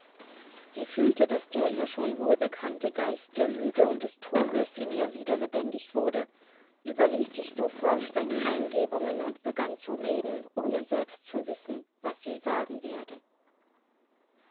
sie fühlte daß der ihr schon wohlbekannte geist der lüge und des truges in ihr wieder lebendig wurde überließ sich sofort seinen eingebungen und begann zu reden ohne selbst zu wissen was sie sagen werde